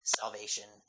salvation